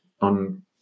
on